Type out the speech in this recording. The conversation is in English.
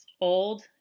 Old